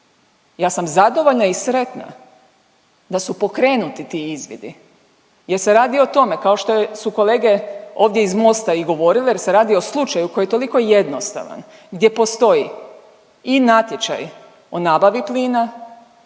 Ja sam zadovoljna i sretna da su pokrenuti ti izvidi. Jer se radi o tome kao što je su kolege ovdje iz Mosta i govorile, jer se radi o slučaju koji je toliko jednostavan, gdje postoji i natječaj o nabavi plina